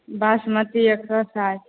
बासमती एक सए साठि